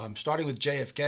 um starting with jfk. yeah